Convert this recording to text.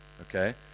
okay